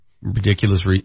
Ridiculous